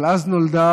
אבל אז נולדה